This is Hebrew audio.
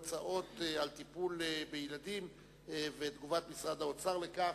על טיפול בילדים ותגובת משרד האוצר על כך.